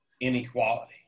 inequality